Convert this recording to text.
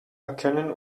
erkennen